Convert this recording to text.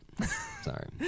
sorry